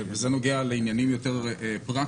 וזה נוגע לעניינים יותר פרקטיים,